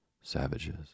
savages